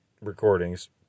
recordings